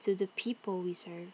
to the people we serve